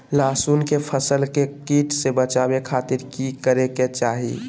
लहसुन के फसल के कीट से बचावे खातिर की करे के चाही?